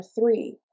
three